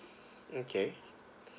okay